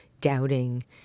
doubting